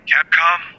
Capcom